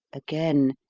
again,